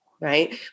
right